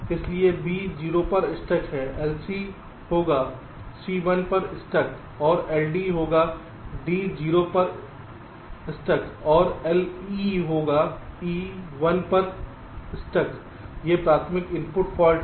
इसलिए B 0 पर stuck है LC होगा C 1 पर स्टक और LD होगा D 0 पर स्टक और L E होगा E 1 पर ई स्टक ये प्राथमिक इनपुट फाल्ट हैं